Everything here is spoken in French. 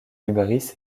libris